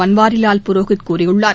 பன்வாரிவால் புரோஹித் கூறியுள்ளார்